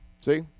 See